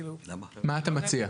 מה אתה מציע?